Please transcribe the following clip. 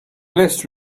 list